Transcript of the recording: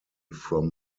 from